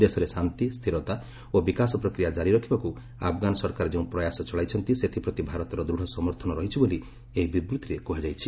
ଦେଶରେ ଶାନ୍ତି ସ୍ଥିରତା ଓ ବିକାଶ ପ୍ରକ୍ରିୟା ଜାରି ରଖିବାକୁ ଆଫ୍ଗାନ୍ ସରକାର ଯେଉଁ ପ୍ରୟାସ ଚଳାଇଛନ୍ତି ସେଥିପ୍ରତି ଭାରତର ଦୂଢ଼ ସମର୍ଥନ ରହିଛି ବୋଲି ଏହି ବିବୃତ୍ତିରେ କୁହାଯାଇଛି